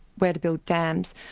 where to build dams,